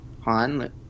Han